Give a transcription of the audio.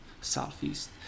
southeast